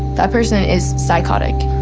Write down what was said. that person is psychotic.